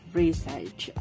research